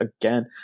again